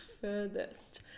furthest